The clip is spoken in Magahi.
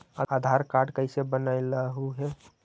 आधार कार्ड कईसे बनैलहु हे?